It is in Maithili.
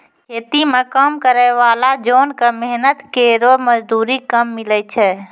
खेती म काम करै वाला जोन क मेहनत केरो मजदूरी कम मिलै छै